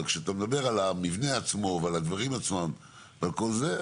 אבל כשאתה מדבר על המבנה עצמו ועל הדברים עצמם ועל כל זה,